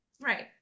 right